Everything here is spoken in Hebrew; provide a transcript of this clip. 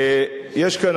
יש כאן,